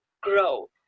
grow